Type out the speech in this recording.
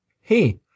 hey